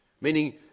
Meaning